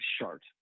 chart